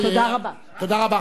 תודה רבה.